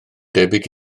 debyg